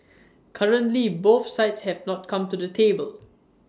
currently both sides have not come to the table